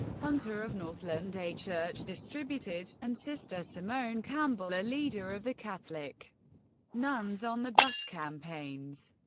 hunter of northland, a church distributed and sister simone campbell, a leader of the catholic nuns on the bus campaigns.